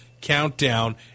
Countdown